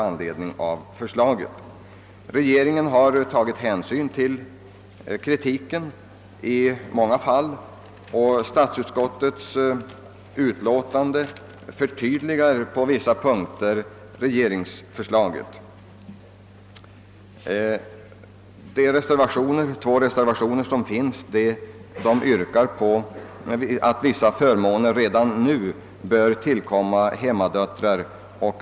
Regeringen har på många punkter tagit hänsyn till kritiken, och statsutskottet förtydligar på vissa punkter regeringens förslag. I en av de två reservationerna till statsutskottets utlåtande nr 64 yrkas ati vissa förmåner redan nu bör tillkomma hemmadöttrar.